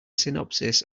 synopsis